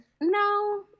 No